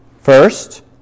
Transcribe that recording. First